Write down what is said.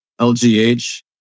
LGH